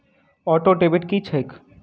Auto debit की छैक?